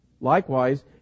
Likewise